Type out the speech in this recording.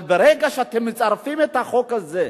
אבל ברגע שאתם מצרפים את החוק הזה,